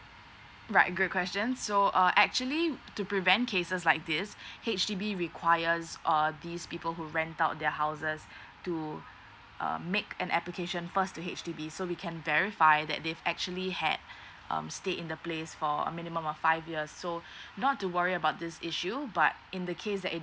right great question so uh actually to prevent cases like this H_D_B requires err this people who rent out their houses to uh make an application first to H_D_B so we can verify that they've actually had um stay in the place for a minimum of five years so not to worry about this issue but in the case that it